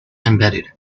embedded